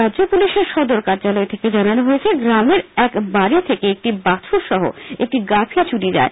রাজ্য পুলিশের সদর কার্যালয় থেকে জানানো হয়েছে গ্রামের এক বাড়ি থেকে একটি বাছুর সহ একটি গাভি চুরি যায়